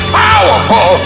powerful